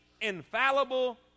infallible